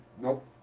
nope